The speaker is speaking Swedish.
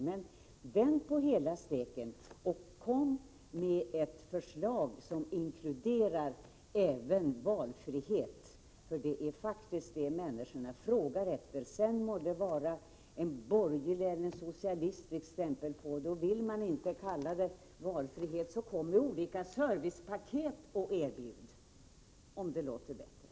Men vänd på hela steken och kom själva med förslag till barnomsorg som inkluderar valfrihet! Det är faktiskt det människorna frågar efter — sedan må det vara en borgerlig eller en socialdemokratisk stämpel på det. Vill ni inte kalla det valfrihet, så erbjud olika servicepaket, om det låter bättre!